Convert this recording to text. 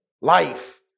life